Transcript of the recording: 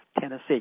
Tennessee